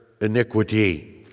iniquity